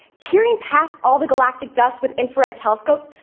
peering past all the galactic dust with infrared telescopes,